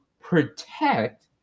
protect